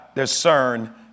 Discern